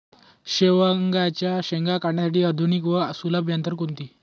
शेवग्याच्या शेंगा काढण्यासाठी आधुनिक व सुलभ यंत्रणा कोणती?